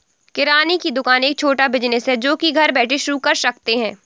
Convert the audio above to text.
किराने की दुकान एक छोटा बिज़नेस है जो की घर बैठे शुरू कर सकते है